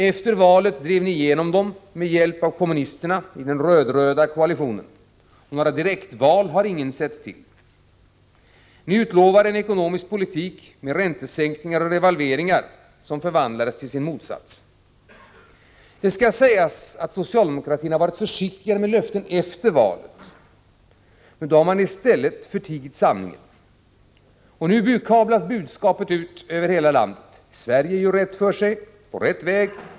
Efter valet drev ni igenom fonderna med hjälp av kommunisterna i den röd-röda koalitionen. Några direktval har ingen sett till. Ni utlovade en ekonomisk politik med räntesänkningar och revalveringar, som förvandlats till sin motsats. Det skall sägas att socialdemokraterna har varit försiktiga med löften efter valet. Då har man i stället förtigit sanningen. Nu kablas budskapet ut över hela landet: Sverige gör rätt för sig. På rätt väg.